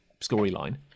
storyline